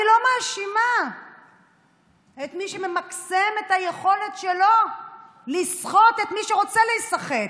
אני לא מאשימה את מי שממקסם את היכולת שלו לסחוט את מי שרוצה להיסחט.